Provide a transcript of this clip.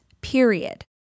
period